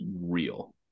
real